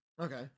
Okay